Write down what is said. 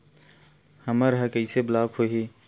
हमर ह कइसे ब्लॉक होही?